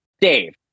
Dave